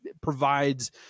provides